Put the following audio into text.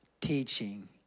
teaching